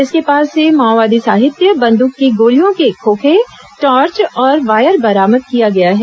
इसके पास से माओवादी साहित्य बन्द्रक की गोलियों के खोखे टॉर्च और वायर बरामद किया गया है